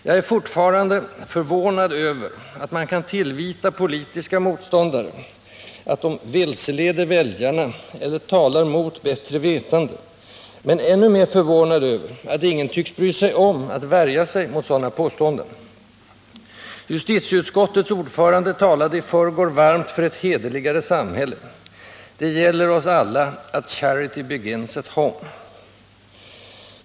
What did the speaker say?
Jag är fortfarande förvånad över att man kan tillvita politiska motståndare att de ”vilseleder väljarna” eller ”talar mot bättre vetande”, men ännu mer förvånad över att ingen tycks bry sig om att värja sig mot sådana påståenden. Justitieutskottets ordförande talade i förrgår varmt för ett hederligare samhälle. Det gäller för oss alla att ”charity begins at home”.